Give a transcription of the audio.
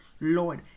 Lord